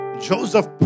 Joseph